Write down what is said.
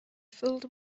filled